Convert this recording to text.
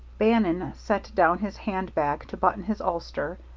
bannon set down his hand bag to button has ulster,